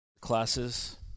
classes